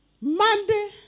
Monday